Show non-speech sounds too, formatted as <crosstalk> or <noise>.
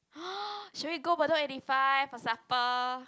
<noise> should we go Bedok eighty five for supper